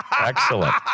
Excellent